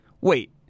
Wait